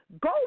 Go